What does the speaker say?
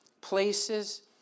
places